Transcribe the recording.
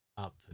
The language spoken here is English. up